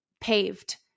paved